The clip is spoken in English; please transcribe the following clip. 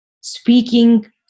speaking